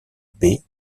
baies